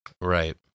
Right